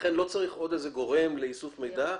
לכן לא צריך עוד איזה גורם לאיסוף מידע.